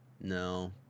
no